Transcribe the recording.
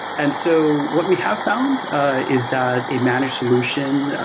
and so what we have found is that a managed solution,